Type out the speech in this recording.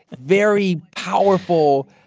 very powerful,